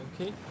okay